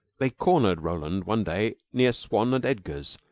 they cornered roland one day near swan and edgar's,